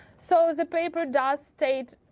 so the paper does state,